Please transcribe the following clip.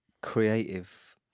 creative